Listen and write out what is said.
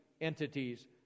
entities